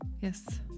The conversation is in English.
yes